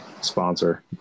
sponsor